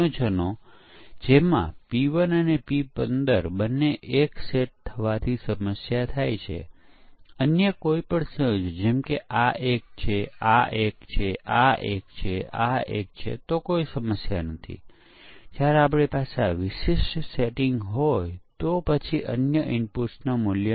ઉદાહરણ તરીકે test case number પરીક્ષણ કેસના લેખક પરીક્ષણનો હેતુ પૂર્વશરત એટલેકે જે સ્ટેટમાંથી જે ઇનપુટ્સ છે તે સ્ટેટપરીક્ષણ ઇનપુટ આઉટપુટ છે અને ટેસ્ટ પછીની સ્થિતિ શું છે પરીક્ષણ પૂર્ણ થયા પછી પ્રોગ્રામ સ્ટેટ શું હશે અને પછી પરીક્ષણ એક્ઝેક્યુશન તારીખ